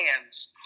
hands